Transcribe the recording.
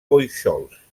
bóixols